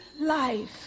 life